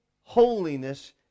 holiness